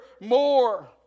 more